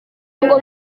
ngo